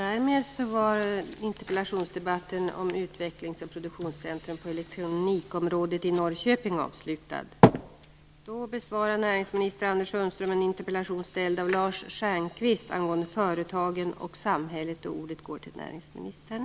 Jag får meddela att näringsminister Anders Sundströms interpellationssvar på dagens föredragningslista är inställda på grund av sjukdom.